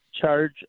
charge